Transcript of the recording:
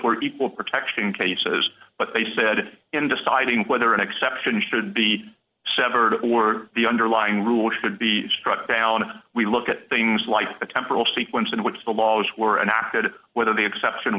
were equal protection cases but they said in deciding whether an exception should be severed or the underlying rule should be struck down we look at things like the temporal sequence in which the laws were enacted whether the exception